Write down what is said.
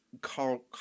Carl